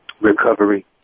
recovery